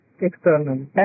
external